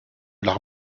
l’art